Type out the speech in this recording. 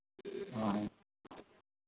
हँ